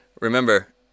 remember